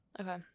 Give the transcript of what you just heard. Okay